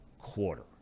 quarter